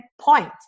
point